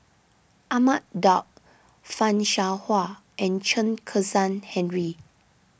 Ahmad Daud Fan Shao Hua and Chen Kezhan Henri